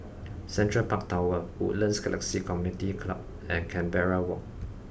Central Park Tower Woodlands Galaxy Community Club and Canberra Walk